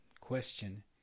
Question